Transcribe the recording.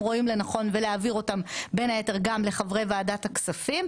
רואים לנכון ולהעביר אותם בין היתר גם לחברי ועדת הכספים.